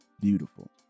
Beautiful